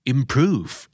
Improve